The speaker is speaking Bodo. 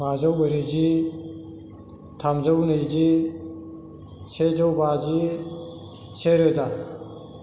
बाजौ ब्रैजि थामजौ नैजि सेजौ बाजि सेरोजा